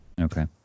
Okay